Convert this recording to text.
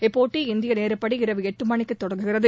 இப்போட்டி இந்திய நேரப்படி இரவு எட்டு மணிக்கு தொடங்குகிறது